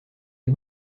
est